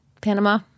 Panama